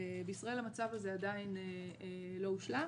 בישראל המצב הזה עדיין לא הושלם